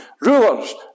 rulers